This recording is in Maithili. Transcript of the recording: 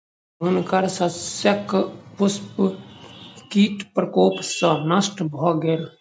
हुनकर शस्यक पुष्प कीट प्रकोप सॅ नष्ट भ गेल